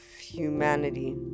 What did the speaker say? humanity